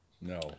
No